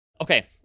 Okay